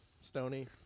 Stony